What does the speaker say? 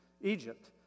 Egypt